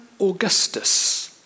Augustus